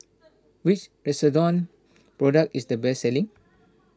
which Redoxon product is the best selling